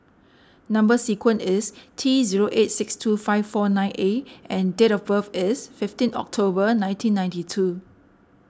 Number Sequence is T zero eight six two five four nine A and date of birth is fifteen October nineteen ninety two